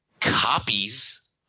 Copies